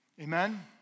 Amen